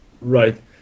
Right